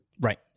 Right